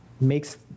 makes